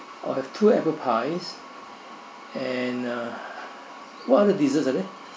I'll have two apple pies and uh what other desserts are there